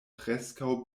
preskaŭ